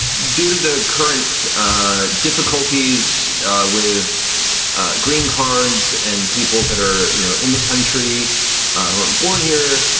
due to the current difficulties with green cards and people that are you know in the country who weren't born here,